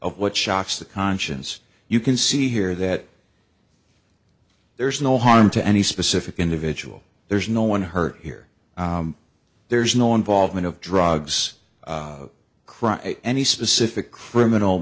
of what shocks the conscience you can see here that there's no harm to any specific individual there's no one hurt here there's no involvement of drugs crime any specific criminal